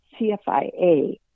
CFIA